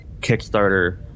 Kickstarter